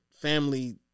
family